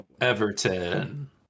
Everton